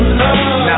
love